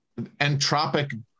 entropic